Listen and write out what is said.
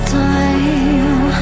time